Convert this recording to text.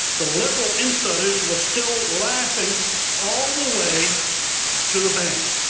the liberal insiders were still laughing all the way to the bank.